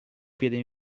piede